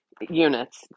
units